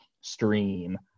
stream